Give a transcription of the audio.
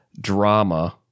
drama